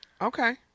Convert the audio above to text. Okay